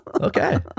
Okay